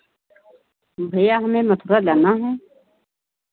भैया हमें मथुरा जाना है